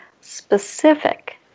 specific